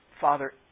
Father